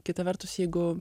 kita vertus jeigu